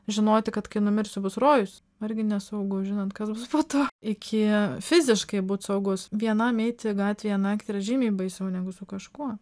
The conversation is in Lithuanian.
žinoti kad kai numirsiu bus rojus argi ne saugu žinant kas bus po to iki fiziškai būt saugus vienam eiti gatvėje naktį yra žymiai baisiau negu su kažkuo